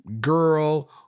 girl